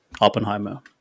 Oppenheimer